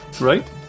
Right